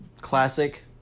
classic